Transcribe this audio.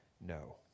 no